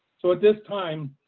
so at this time,